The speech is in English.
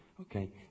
Okay